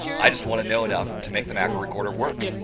i just want to know enough to make the macro recorder work.